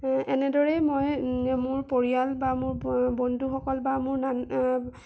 এনেদৰেই মই মোৰ পৰিয়াল বা মোৰ বন্ধুসকল বা মোৰ ন